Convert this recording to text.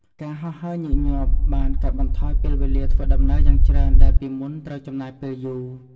ការហោះហើរញឹកញាប់បានកាត់បន្ថយពេលវេលាធ្វើដំណើរយ៉ាងច្រើនដែលពីមុនត្រូវចំណាយពេលយូរ។